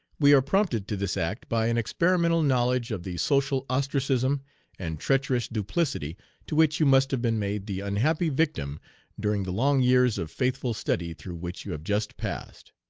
we are prompted to this act by an experimental knowledge of the social ostracism and treacherous duplicity to which you must have been made the unhappy victim during the long years of faithful study through which you have just passed.